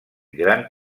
gran